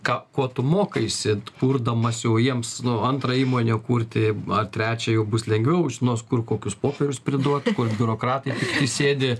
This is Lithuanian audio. ką ko tu mokaisi kurdamas jau jiems nu antrą įmonę kurti ar trečią jau bus lengviau žinos kur kokius popierius priduot kur biurokratai pikti sėdi